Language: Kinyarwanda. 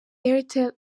airtel